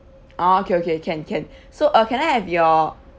orh okay okay can can so uh can I have your